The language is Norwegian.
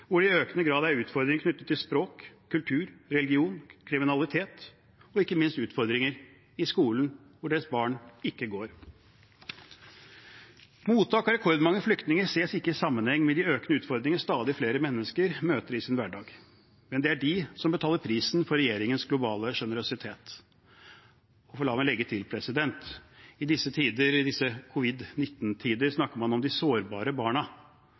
hvor det i økende grad er utfordringer knyttet til språk, kultur, religion, kriminalitet og ikke minst utfordringer i skolen, hvor deres barn ikke går. Mottak av rekordmange flyktninger ses ikke i sammenheng med de økende utfordringer stadig flere mennesker møter i sin hverdag, men det er de som betaler prisen for regjeringens globale generøsitet. La meg legge til: I disse covid-19-tider snakker man om de sårbare barna. I hvert fall i Oslo er de sårbare barna